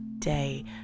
day